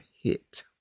hit